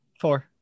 four